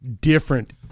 different